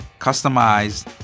customized